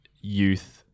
youth